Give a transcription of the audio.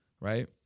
right